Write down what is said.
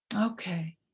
Okay